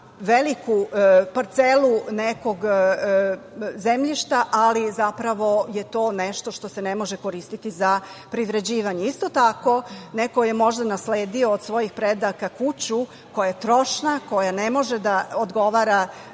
veliku parcelu nekog zemljišta ali, zapravo je to nešto što se ne može koristiti za privređivanje. Isto tako, neko je možda nasledio od svojih predaka kuću koja je trošna, koja ne može da odgovara